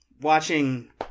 watching